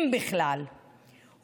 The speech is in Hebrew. אם בכלל,